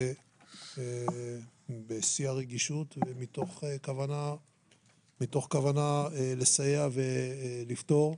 בשיא הרגישות ומתוך כוונה לסייע ולפתור,